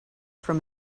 from